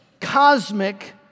cosmic